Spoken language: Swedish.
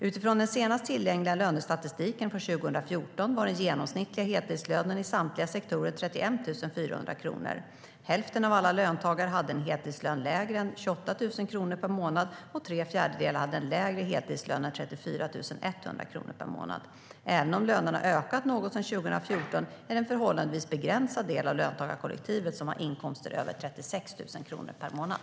Utifrån den senast tillgängliga lönestatistiken från 2014 var den genomsnittliga heltidslönen i samtliga sektorer 31 400 kronor. Hälften av alla löntagare hade en heltidslön lägre än 28 000 kronor per månad och tre fjärdedelar hade en lägre heltidslön än 34 100 kronor per månad. Även om lönerna ökat något sedan 2014 är det en förhållandevis begränsad del av löntagarkollektivet som har inkomster över 36 000 kronor per månad.